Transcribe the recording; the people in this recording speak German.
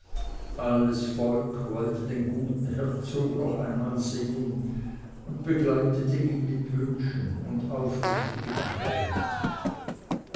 alles volk wollte den guten herzog noch einmal sehen und begleitete ihn mit wünschen und aufrichtigen tränen